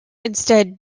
instead